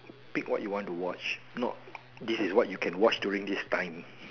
pick what you want to watch not this is what you can watch during this time